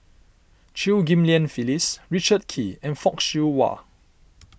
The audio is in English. Chew Ghim Lian Phyllis Richard Kee and Fock Siew Wah